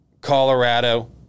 Colorado